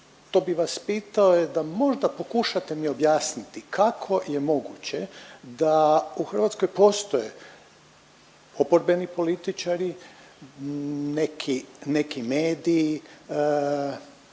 što bi vas pitao da možda pokušate mi objasniti kako je moguće da u Hrvatskoj postoje oporbeni političari, neki mediji,